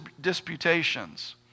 disputations